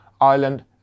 Ireland